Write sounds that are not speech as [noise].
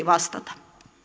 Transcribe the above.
[unintelligible] vastata